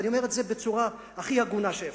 ואני אומר את זה בצורה הכי הגונה שאפשר,